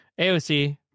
AOC